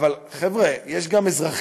אבל חבר'ה, יש גם אזרחים.